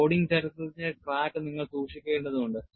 loading ചരിത്രത്തിന്റെ track നിങ്ങൾ സൂക്ഷിക്കേണ്ടതുണ്ട്